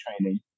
training